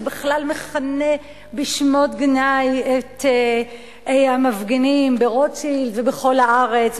שבכלל מכנה בשמות גנאי את המפגינים ברוטשילד ובכל הארץ,